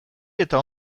eta